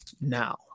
now